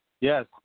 Yes